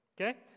okay